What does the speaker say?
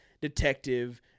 detective